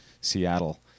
seattle